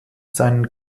seinen